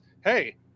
hey